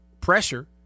pressure